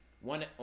One